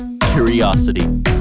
curiosity